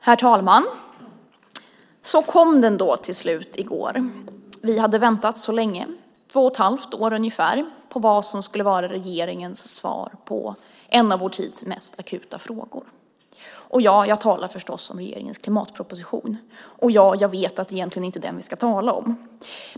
Herr talman! Så kom den då till slut i går! Vi hade väntat länge, två och ett halvt år ungefär, på vad som skulle vara regeringens svar på en av vår tids mest akuta frågor. Och, ja, jag talar förstås om regeringens klimatproposition. Och, ja, jag vet att det egentligen inte är den vi ska tala om.